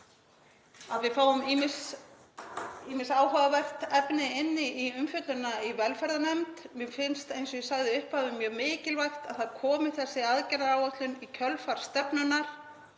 að við fáum ýmislegt áhugavert efni inn í umfjöllunina í velferðarnefnd. Mér finnst, eins og ég sagði í upphafi, mjög mikilvægt að það komi þessi aðgerðaáætlun í kjölfar stefnunnar